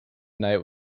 night